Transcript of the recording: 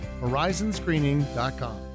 Horizonscreening.com